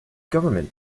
government